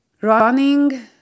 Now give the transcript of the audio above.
running